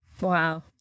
Wow